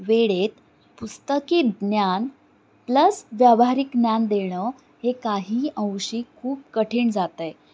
वेळेत पुस्तकी ज्ञान प्लस व्यावहारिक ज्ञान देणं हे काही अंशी खूप कठीण जात आहे